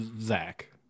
Zach